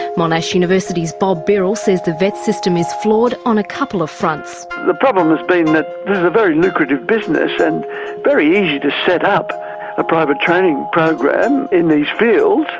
monash university's bob birrell says the vet system is flawed on a couple of fronts. the problem has been that this is a very lucrative business, and very easy to set up a private training program in these fields.